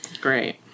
great